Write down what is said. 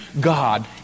God